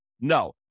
No